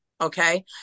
Okay